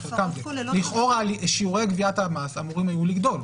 אבל אתם מסכימים איתי שיש קורלציה בין משכורות נמוכות לבין אוכלוסייה.